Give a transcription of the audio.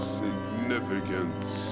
significance